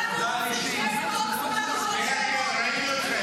זו לא תשובה שמרגיעה את ההורים.